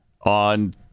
on